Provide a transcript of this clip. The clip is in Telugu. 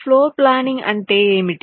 ఫ్లోర్ప్లానింగ్ అంటే ఏమిటి